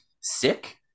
sick